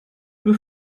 peu